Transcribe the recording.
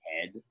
head